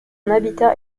habitat